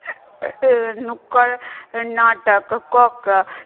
नुक्कड़ नाटक कऽ कऽ